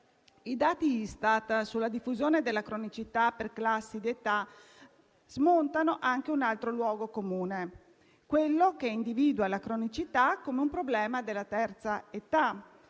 I dati Istat sulla diffusione della cronicità per classi di età smontano anche un altro luogo comune, quello che individua la cronicità come un problema della terza età.